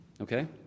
okay